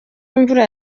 imvura